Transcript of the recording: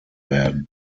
werden